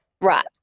Right